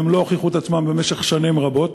והן לא הוכיחו את עצמן במשך שנים רבות,